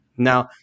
Now